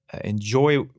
enjoy